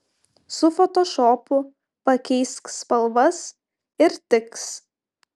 su fotošopu pakeisk spalvas ir tiks